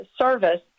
service